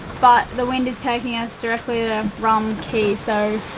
but the wind is taking us directly to rum cay so,